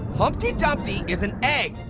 humpty dumpty is an egg,